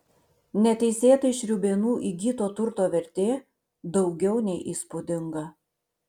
neteisėtai šriūbėnų įgyto turto vertė daugiau nei įspūdinga